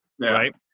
right